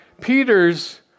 Peter's